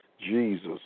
Jesus